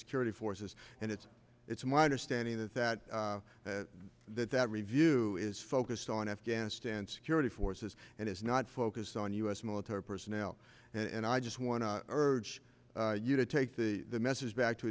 security forces and it's it's my understanding that that that that review is focused on afghanistan security forces and it's not focused on u s military personnel and i just want to urge you to take the message back to